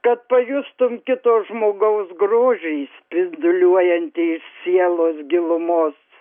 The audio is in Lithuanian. kad pajustum kito žmogaus grožį spinduliuojantį sielos gilumos